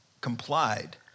complied